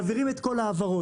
מעבירים את ההעברות.